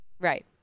Right